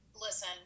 listen